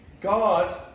God